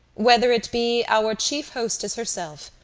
whether it be our chief hostess herself,